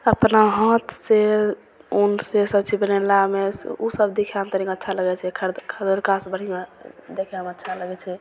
अपना हाथसँ ऊनसँ सभचीज बनेलामे उ सभ देखयमे तनि अच्छा लगय छै खरीदे खरिदलकासँ बढ़िआँ देखयमे अच्छा लगय छै